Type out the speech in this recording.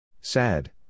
Sad